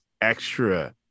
extra